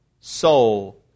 soul